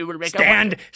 Stand